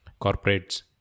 corporates